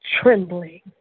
trembling